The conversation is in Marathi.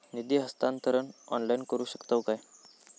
निधी हस्तांतरण ऑनलाइन करू शकतव काय?